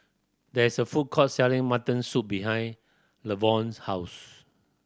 there is a food court selling mutton soup behind Levon's house